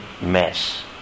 mess